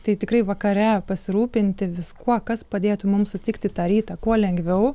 tai tikrai vakare pasirūpinti viskuo kas padėtų mums sutikti tą rytą kuo lengviau